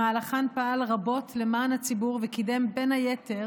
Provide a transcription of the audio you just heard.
שבמהלכן פעל רבות למען הציבור וקידם בין היתר